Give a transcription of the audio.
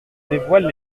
dévoile